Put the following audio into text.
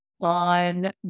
on